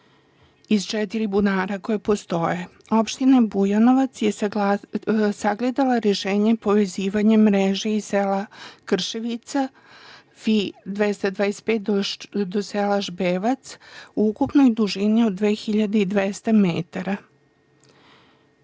iz četiri bunara koja postoje. Opština Bujanovac je sagledala rešenje povezivanjem mreže iz sela Krševica, fi 225, do sela Špevac u ukupnoj dužini od 2.200 metara.